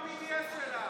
די עם ה-BDS שלך.